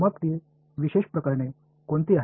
मग ती विशेष प्रकरणे कोणती आहेत